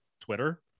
Twitter